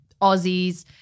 Aussies